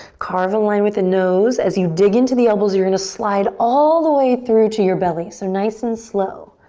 carve a line with the nose as you dig into the elbows, you're gonna slide all the way through to your belly. so nice and slow.